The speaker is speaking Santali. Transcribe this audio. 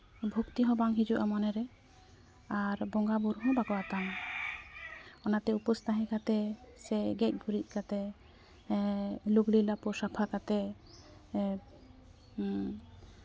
ᱵᱷᱚᱠᱛᱤ ᱦᱚᱸ ᱵᱟᱝ ᱦᱤᱡᱩᱜᱼᱟ ᱢᱚᱱᱮᱨᱮ ᱟᱨ ᱵᱚᱸᱜᱟᱼᱵᱳᱨᱳ ᱦᱚᱸ ᱵᱟᱠᱚ ᱟᱛᱟᱝᱟ ᱚᱱᱟᱛᱮ ᱩᱯᱟᱹᱥ ᱛᱟᱦᱮᱸ ᱠᱟᱛᱮ ᱥᱮ ᱜᱮᱡᱽ ᱜᱩᱨᱤᱡ ᱠᱟᱛᱮ ᱞᱩᱜᱽᱲᱤ ᱞᱟᱯᱚ ᱥᱟᱯᱷᱟ ᱠᱟᱛᱮᱜ ᱦᱮᱸ